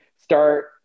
start